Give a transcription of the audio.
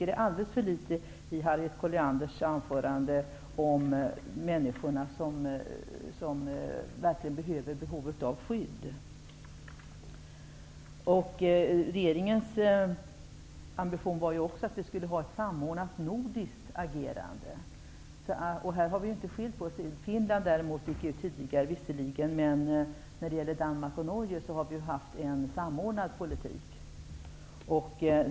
Det sägs alldeles för litet i Harriet Collianders anförande om människorna som verkligen har behov av skydd. Regeringens ambition var ju också att vi skulle ha ett samordnat nordiskt agerande. Finland gick visserligen ut tidigare, men tillsammans med Danmark och Norge har vi haft en samordnad politik.